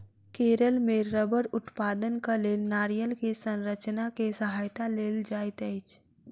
केरल मे रबड़ उत्पादनक लेल नारियल के संरचना के सहायता लेल जाइत अछि